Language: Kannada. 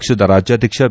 ಪಕ್ಷದ ರಾಜ್ಯಾಧ್ಯಕ್ಷ ಬಿ